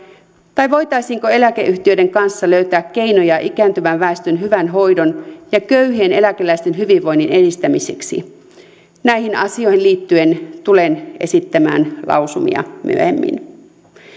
tai voitaisiinko eläkeyhtiöiden kanssa löytää keinoja ikääntyvän väestön hyvän hoidon ja köyhien eläkeläisten hyvinvoinnin edistämiseksi näihin asioihin liittyen tulen esittämään lausumia myöhemmin